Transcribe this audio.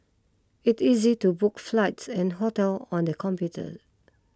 it easy to book flights and hotel on the computer